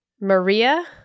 Maria